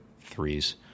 threes